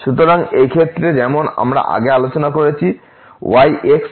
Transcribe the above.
সুতরাং এই ক্ষেত্রে যেমন আমরা আগে আলোচনা করেছি y সমান xx